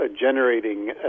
generating